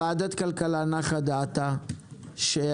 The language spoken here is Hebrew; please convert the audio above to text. נחה דעתה של ועדת הכלכלה,